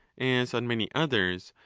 as on many others,